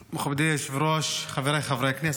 מכובדי היושב-ראש, חבריי חברי הכנסת,